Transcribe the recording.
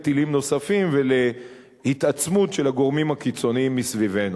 טילים נוספים והתעצמות של הגורמים הקיצוניים מסביבנו.